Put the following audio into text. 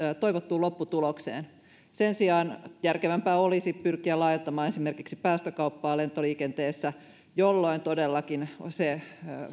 toivottuun lopputulokseen sen sijaan järkevämpää olisi pyrkiä laajentamaan esimerkiksi päästökauppaa lentoliikenteessä jolloin todellakin se